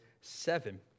seven